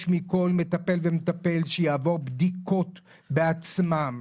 מכל מטפל ומטפל שיעבוד בדיקות בעצמם.